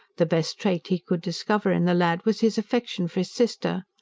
the best trait he could discover in the lad was his affection for his sister.